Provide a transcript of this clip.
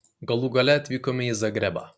galų gale atvykome į zagrebą